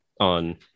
on